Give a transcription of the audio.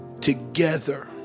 together